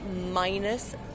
minus